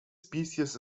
species